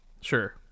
Sure